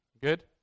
Good